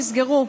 נסגרו,